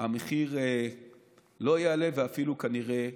המחיר לא יעלה ואפילו כנראה ירד.